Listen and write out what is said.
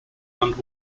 and